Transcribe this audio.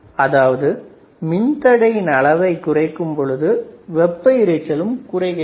அதாவது மின் தடையின் அளவை குறைக்கும் பொழுது வெப்ப இரைச்சலும் குறைகிறது